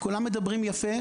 כולם מדברים יפה.